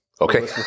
Okay